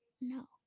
No